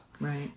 Right